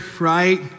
right